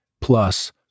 plus